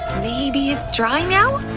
maybe it's dry now?